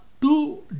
two